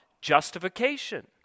justification